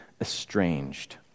estranged